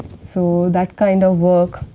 so, that kind of work.